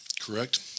Correct